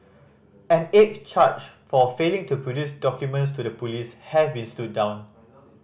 an eighth charge for failing to produce documents to the police has been stood down